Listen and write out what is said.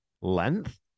length